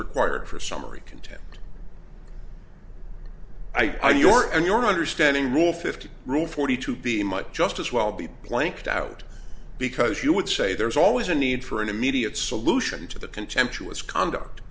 required for summary contempt i do your and your understanding rule fifty rule forty two b might just as well be blanked out because you would say there's always a need for an immediate solution to the contemptuous conduct